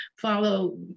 follow